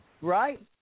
Right